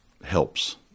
helps